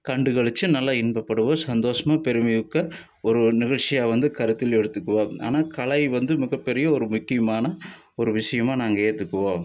கண்டு கழித்து நல்லா இன்பப்படுவோம் சந்தோஷமாக பெருமைமிக்க ஒரு ஒரு நிகிழ்ச்சியா வந்து கருத்தில் எடுத்துக்குவோம் ஆனால் கலை வந்து மிகப்பெரிய ஒரு முக்கியமான ஒரு விஷயமா நாங்கள் ஏற்றுக்குவோம்